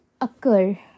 occur